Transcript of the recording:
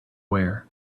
wear